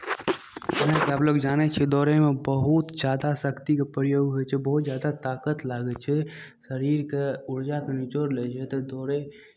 सभलोक जानै छै दौड़ैमे बहुत ज्यादा शक्तिके प्रयोग होइ छै बहुत ज्यादा ताकत लागै छै शरीरके ऊर्जाके निचोड़ि लै छै तऽ दौड़ै